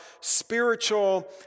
spiritual